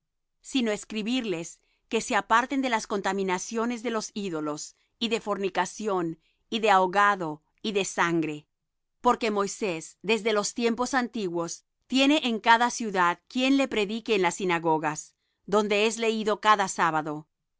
sino escribirles que se aparten de las contaminaciones de los ídolos y de fornicación y de ahogado y de sangre porque moisés desde los tiempos antiguos tiene en cada ciudad quien le predique en las sinagogas donde es leído cada sábado